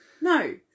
No